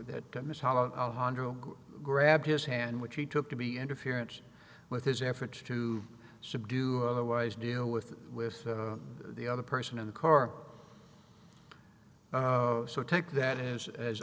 hondo grabbed his hand which he took to be interference with his efforts to subdue otherwise deal with with the other person in the car so take that as as